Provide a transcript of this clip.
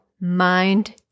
mind